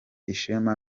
ishema